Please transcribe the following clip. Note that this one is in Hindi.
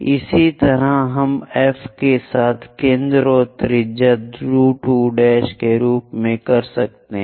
इसी तरह हम F के साथ केंद्र और त्रिज्या 2 2 के रूप में कर सकते हैं